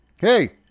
Hey